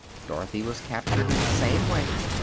dorothy was captured in the same way,